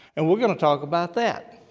and we're going to talk about that.